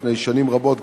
לפני שנים רבות,